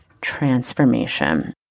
transformation